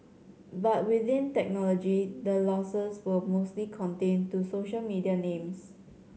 but within technology the losses were mostly contained to social media names